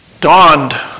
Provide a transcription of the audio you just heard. dawned